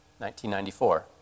1994